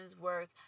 work